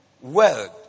world